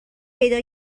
پیدا